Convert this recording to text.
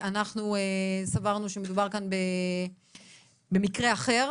אנחנו סברנו שמדובר כאן במקרה אחר,